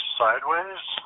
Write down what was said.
sideways